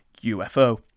UFO